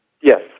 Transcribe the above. Yes